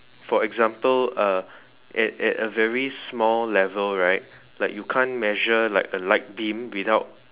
for example uh at at a very small level right like you can't measure like a light beam without